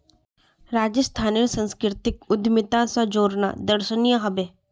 राजस्थानेर संस्कृतिक उद्यमिता स जोड़ना दर्शनीय ह बे